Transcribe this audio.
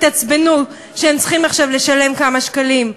הם יתעצבנו שהם צריכים עכשיו לשלם כמה שקלים,